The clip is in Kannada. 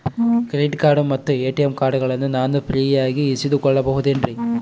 ಕ್ರೆಡಿಟ್ ಮತ್ತ ಎ.ಟಿ.ಎಂ ಕಾರ್ಡಗಳನ್ನ ನಾನು ಫ್ರೇಯಾಗಿ ಇಸಿದುಕೊಳ್ಳಬಹುದೇನ್ರಿ?